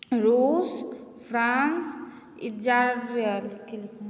रूस फ्रांस